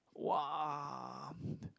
!wah!